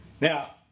Now